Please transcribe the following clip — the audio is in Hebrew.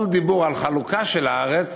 כל דיבור על חלוקה של הארץ